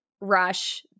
rush